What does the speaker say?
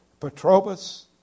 Petrobus